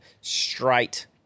straight